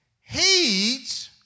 heeds